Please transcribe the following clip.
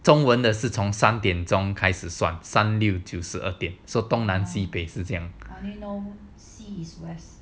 中文的是从三点钟开始算三六九十二点 so 东南西北是这样